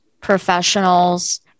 professionals